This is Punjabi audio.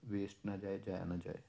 ਵੇਸਟ ਨਾ ਜਾਏ ਜਾਇਆ ਨਾ ਜਾਏ